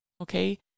Okay